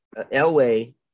Elway